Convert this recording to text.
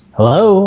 Hello